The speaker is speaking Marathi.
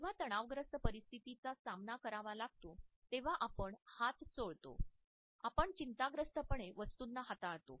जेव्हा तणावग्रस्त परिस्थितींचा सामना करावा लागतो तेव्हा आपण हात चोळतो आपण चिंताग्रस्तपणे वस्तूंना हाताळतो